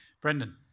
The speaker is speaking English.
Brendan